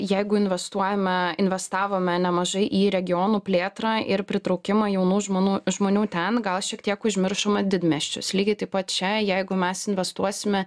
jeigu investuojame investavome nemažai į regionų plėtrą ir pritraukimą jaunų žmonų žmonių ten gal šiek tiek užmiršome didmiesčius lygiai taip pat čia jeigu mes investuosime